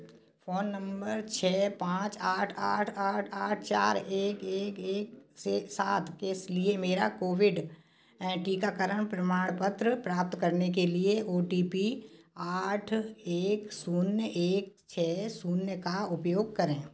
phone number छः पाँच आठ आठ आठ आठ चार एक एक एक से सात केस लिए मेरा कोविड टीकाकरण प्रमाणपत्र प्राप्त करने के लिए ओ टी पी आठ एक शून्य एक छः शून्य का उपयोग करें